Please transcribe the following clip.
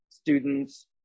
students